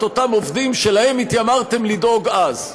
אותם עובדים שלהם התיימרתם לדאוג אז.